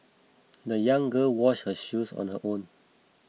the young girl washed her shoes on her own